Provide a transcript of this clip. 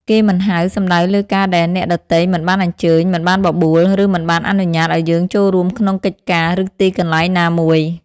គេមិនហៅ សំដៅលើការដែលអ្នកដទៃមិនបានអញ្ជើញ មិនបានបបួល ឬមិនបានអនុញ្ញាតឲ្យយើងចូលរួមក្នុងកិច្ចការ ឬទីកន្លែងណាមួយ។